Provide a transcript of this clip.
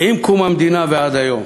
עם קום המדינה, ועד היום.